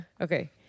Okay